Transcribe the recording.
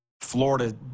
Florida